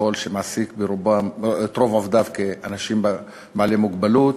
שרוב עובדיו הם אנשים בעלי מוגבלות,